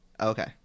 Okay